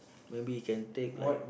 maybe you can take like